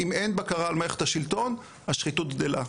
אם אין בקרה על מערכת השלטון השחיתות גדלה,